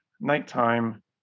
nighttime